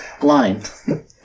Blind